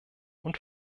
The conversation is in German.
und